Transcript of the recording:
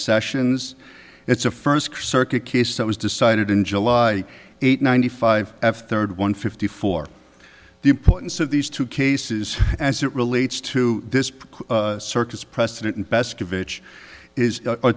sessions it's a first circuit case that was decided in july eighth ninety five f third one fifty four the importance of these two cases as it relates to this circus precedent and